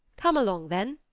come along then,